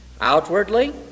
Outwardly